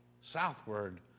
southward